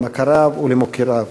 למכריו ולמוקיריו.